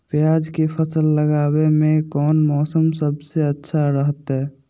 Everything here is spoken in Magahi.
प्याज के फसल लगावे में कौन मौसम सबसे अच्छा रहतय?